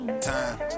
time